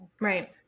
right